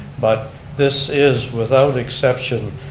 but this is, without exception,